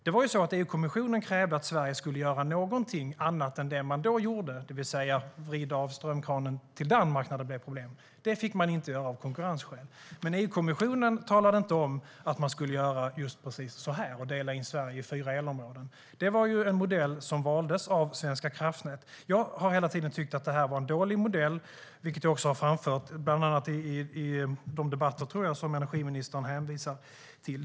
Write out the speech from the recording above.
Det var så att EU-kommissionen krävde att Sverige skulle göra något annat än det man gjorde då, det vill säga vrida av strömkranen till Danmark när det blev problem - det fick man inte göra av konkurrensskäl. Men EU-kommissionen sa inte att man skulle göra precis så här - dela in Sverige i fyra elområden - utan det var en modell som valdes av Svenska kraftnät. Jag har hela tiden tyckt att det var en dålig modell, vilket jag också har framfört, bland annat, tror jag, i de debatter som energiministern hänvisar till.